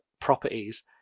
properties